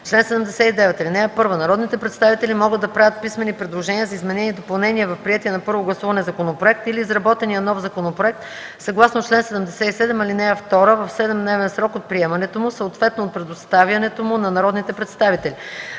„Чл. 79. (1) Народните представители могат да правят писмени предложения за изменения и допълнения в приетия на първо гласуване законопроект или изработения нов законопроект съгласно чл. 77, ал. 2 в 7-дневен срок от приемането му, съответно от предоставянето му на народните представители.